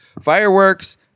Fireworks